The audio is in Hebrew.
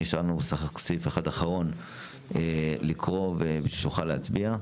נשאר לנו לקרוא סעיף אחד אחרון בשביל שנוכל להצביע.